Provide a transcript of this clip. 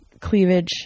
cleavage